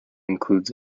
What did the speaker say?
includes